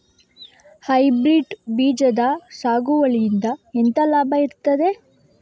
Hybrid ಬೀಜದ ಸಾಗುವಳಿಯಿಂದ ಎಂತ ಲಾಭ ಇರ್ತದೆ?